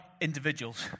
individuals